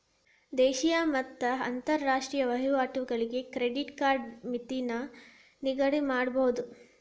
ದೇಶೇಯ ಮತ್ತ ಅಂತರಾಷ್ಟ್ರೇಯ ವಹಿವಾಟುಗಳಿಗೆ ಕ್ರೆಡಿಟ್ ಕಾರ್ಡ್ ಮಿತಿನ ನಿಗದಿಮಾಡಬೋದು